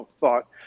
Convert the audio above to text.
thought